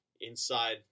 inside